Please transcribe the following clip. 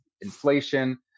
inflation